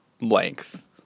length